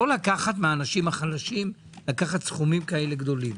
לא לקחת מהאנשים החלשים סכומים כאלה גבוהים.